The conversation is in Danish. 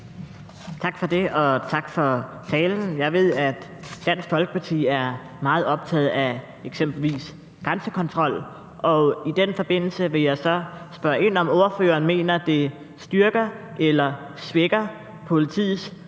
Tak for det, og tak for talen. Jeg ved, at Dansk Folkeparti er meget optaget af eksempelvis grænsekontrol. I den forbindelse vil jeg så spørge ind til, om ordføreren mener, at det styrker eller svækker politiets